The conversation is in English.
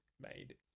made